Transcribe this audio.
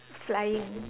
flying